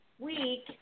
week